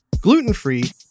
gluten-free